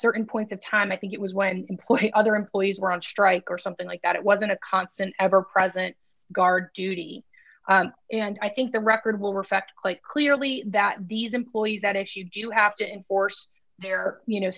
certain point of time i think it was when employee other employees were on strike or something like that it wasn't a constant ever present guard duty and i think the record will reflect quite clearly that these employees at issue do have to enforce their you know